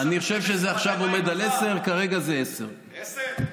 אני חושב שזה עכשיו עומד על 10:00. כרגע זה 10:00. 10:00?